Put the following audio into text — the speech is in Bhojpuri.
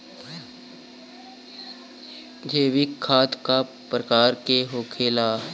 जैविक खाद का प्रकार के होखे ला?